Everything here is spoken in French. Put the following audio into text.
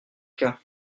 cas